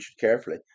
carefully